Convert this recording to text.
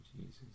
Jesus